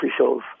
officials